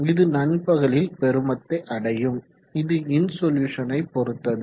இது நண்பகலில் பெருமத்தை அடையும் இது இன்சொலுசனை பொறுத்தது